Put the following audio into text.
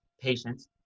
patients